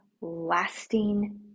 lasting